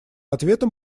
ответом